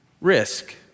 risk